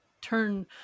turn